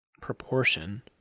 proportion